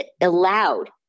allowed